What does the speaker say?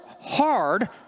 hard